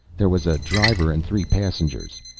there was a driver and three passengers.